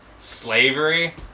slavery